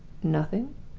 nothing?